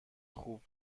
خوب